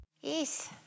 Yes